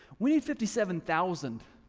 we need fifty seven thousand.